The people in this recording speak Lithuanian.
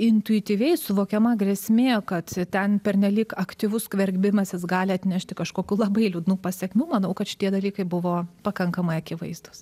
intuityviai suvokiama grėsmė kad ten pernelyg aktyvus skverbimasis gali atnešti kažkokių labai liūdnų pasekmių manau kad šitie dalykai buvo pakankamai akivaizdūs